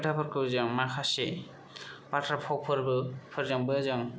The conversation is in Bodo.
खोथाफोरखौ जों माखासे बाथ्रा फावफोरजोंबो जों